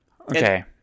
Okay